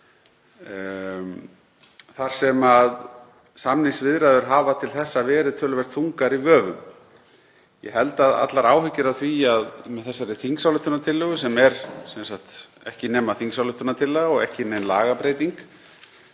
þar sem samningsviðræður hafa til þessa verið töluvert þungar í vöfum. Ég held að allar áhyggjur af því að með þessari þingsályktunartillögu, sem er sem sagt ekki nema þingsályktunartillaga og ekki nein lagabreyting,